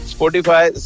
Spotify